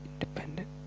independent